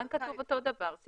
כאן כתוב אותו הדבר.